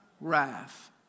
Wrath